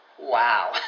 Wow